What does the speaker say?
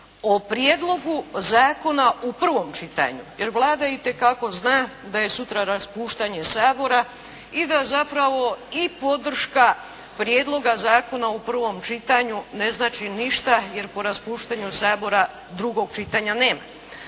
o Prijedlogu zakona u prvom čitanju, jer Vlada itekako zna da je sutra raspuštanje Sabora i da zapravo i podrška Prijedloga zakona u prvom čitanju ne znači ništa, jer po raspuštanju Sabora drugog čitanja nema.